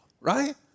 right